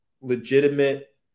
legitimate